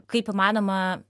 kaip įmanoma